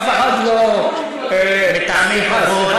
מטעמי כבוד,